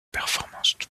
performances